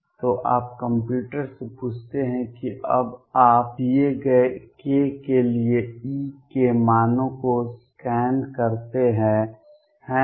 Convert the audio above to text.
तो आप कंप्यूटर से पूछते हैं कि अब आप दिए गए k के लिए E के मानों को स्कैन करते हैं है ना